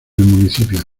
municipio